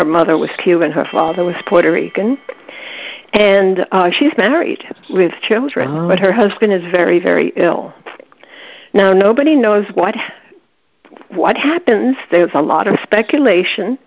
her mother was cuban her father was puerto rican and she's married with children but her husband is very very ill now nobody knows what what happens there's a lot of speculation